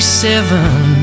seven